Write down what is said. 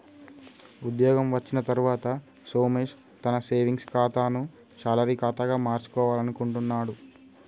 ఉద్యోగం వచ్చిన తర్వాత సోమేష్ తన సేవింగ్స్ ఖాతాను శాలరీ ఖాతాగా మార్చుకోవాలనుకుంటున్నడు